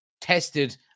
tested